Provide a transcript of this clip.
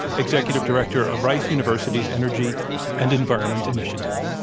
executive director of rice university's energy and environment initiative.